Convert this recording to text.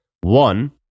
One